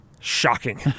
Shocking